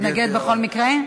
מתנגד בכל מקרה.